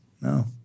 No